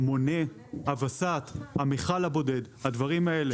המונה, הווסת, המיכל הבודד, הדברים האלה.